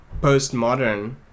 postmodern